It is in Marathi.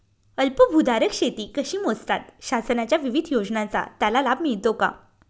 अल्पभूधारक शेती कशी मोजतात? शासनाच्या विविध योजनांचा त्याला लाभ मिळतो का?